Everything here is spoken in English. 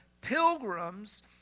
pilgrims